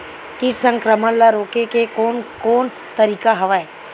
कीट संक्रमण ल रोके के कोन कोन तरीका हवय?